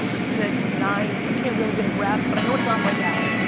six, nine, i can't really get a grasp but i know it's not right now.